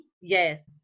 Yes